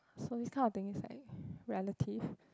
so this kind of thing is like relative